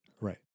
Right